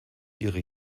ihre